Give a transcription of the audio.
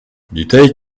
dutheil